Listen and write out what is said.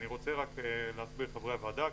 אני רוצה להסביר לחברי הוועדה.